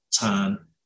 time